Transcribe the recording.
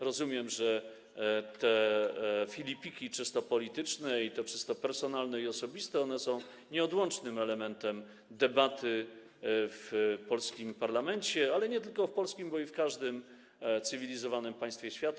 Rozumiem, że filipiki, i te czysto polityczne, i te czysto personalne, osobiste, są nieodłącznym elementem debaty w polskim parlamencie - ale nie tylko w polskim, bo tak jest w każdym cywilizowanym państwie świata.